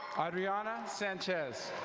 ariana sanchez.